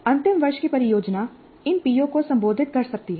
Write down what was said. अंतिम वर्ष की परियोजना इन पीओ को संबोधित कर सकती है